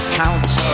counts